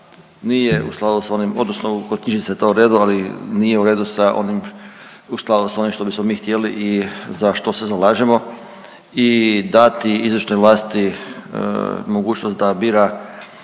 nije u skladu s onim, odnosno u, kod knjižnica je to u redu, ali nije u redu sa onim, u skladu sa onim što bismo mi htjeli i za što se zalažemo i dati izvršnoj vlasti mogućnost da bira